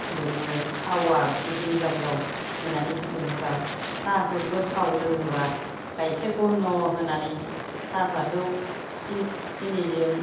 फुदुङो थावा बिदि दै लाव लाव होनानै फुदुङोबा साहाखौ गोथाव लोङोबा गाइखेर घन' होनानै साहाफातखौ सिनिजों